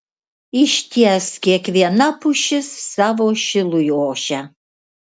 išties kiekviena pušis savo šilui ošia